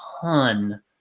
ton